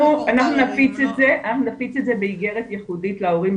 נפיץ את זה באיגרת ייחודית להורים,